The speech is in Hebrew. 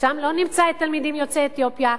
שם לא נמצא תלמידים יוצאי אתיופיה,